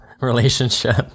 relationship